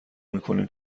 میکنیم